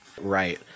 Right